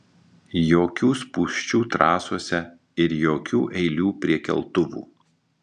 jokių spūsčių trasose ir jokių eilių prie keltuvų